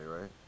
right